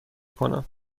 کنم